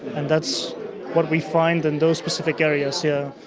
and that's what we find in those specific areas, yeah